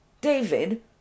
David